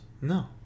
No